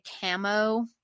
camo